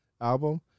album